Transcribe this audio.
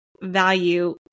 value